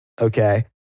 Okay